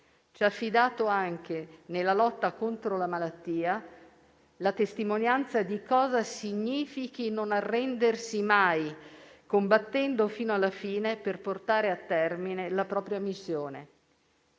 Ci ha affidato anche nella lotta contro la malattia la testimonianza di cosa significhi non arrendersi mai, combattendo fino alla fine per portare a termine la propria missione.